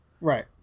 Right